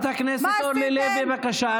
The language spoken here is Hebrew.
חברת הכנסת אורלי לוי, בבקשה.